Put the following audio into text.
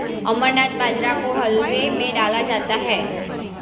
अमरनाथ बाजरा को हलवे में डाला जाता है